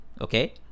okay